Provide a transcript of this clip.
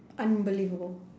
unbelievable